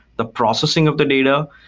the processing of the data,